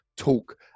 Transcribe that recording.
Talk